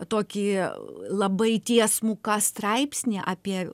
tokį labai tiesmuką straipsnį apie